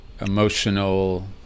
emotional